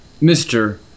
Mr